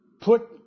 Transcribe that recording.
put